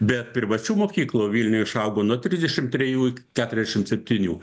bet privačių mokyklų vilniuj išaugo nuo trisdešim trejų iki keturiasdešim septynių